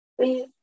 Please